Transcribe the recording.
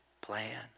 plan